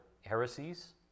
heresies